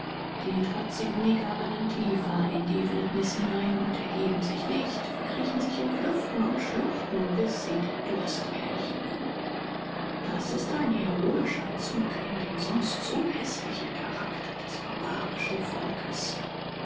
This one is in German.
die trotzigen neger rennen tiefer in die wildnis hinein und ergeben sich nicht verkriechen sich in klüften und schluchten bis sie dem durst erliegen das ist ein heroischer zug in dem sonst so häßlichen charakter des barbarischen volkes